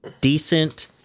decent